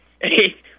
hey